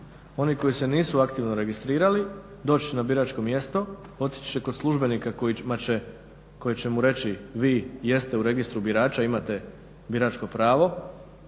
Oni koji se nisu aktivno registrirali doći će na biračko mjesto, otići će kod službenika koji će mu reći vi jeste u registru birača, imate biračko pravo